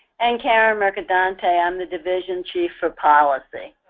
and karen mercadante. i'm the division chief for policy.